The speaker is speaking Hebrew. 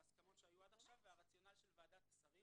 שסוכם עד עכשיו וגם הרציונל של ועדת השרים